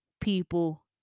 people